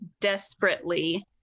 desperately